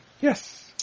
Yes